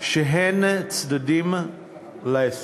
שהן צדדים להסכם.